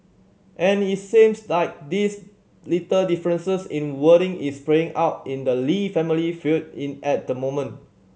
and it sames like these little differences in wording is playing out in the Lee family feud in at the moment